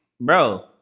Bro